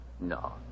No